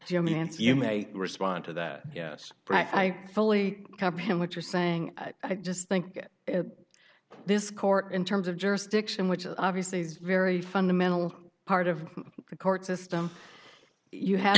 answer you may respond to that yes right i fully comprehend what you're saying i just think that this court in terms of jurisdiction which is obviously a very fundamental part of the court system you have